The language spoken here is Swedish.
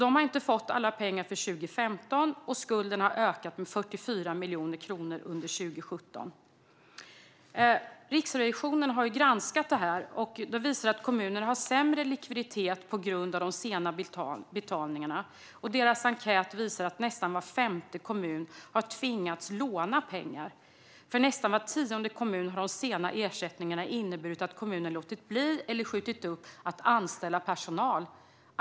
Den har inte fått alla pengar för 2015, och skulden har ökat med 44 miljoner kronor under 2017. Riksrevisionen har granskat detta. Granskningen visar att kommuner har sämre likviditet på grund av de sena betalningarna. Deras enkät visar att nästan var femte kommun har tvingats låna pengar. För nästan var tionde kommun har de sena ersättningarna inneburit att kommunen låtit bli eller skjutit upp att anställa personal.